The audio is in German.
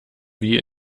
wie